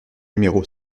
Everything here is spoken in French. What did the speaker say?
numéro